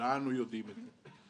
כולנו יודעים את זה.